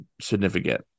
significant